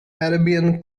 arabian